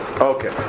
Okay